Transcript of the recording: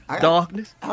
Darkness